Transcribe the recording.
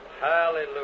Hallelujah